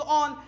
on